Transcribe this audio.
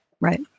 Right